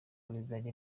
rizajya